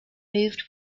moved